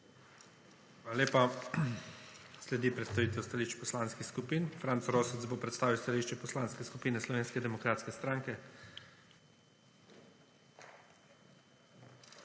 Hvala lepa. Sledi predstavitev stališč poslanskih skupin. Franc Rosec bo predstavil stališče Poslanske skupine Slovenske demokratske stranke.